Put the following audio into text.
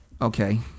okay